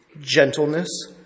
gentleness